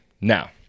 Now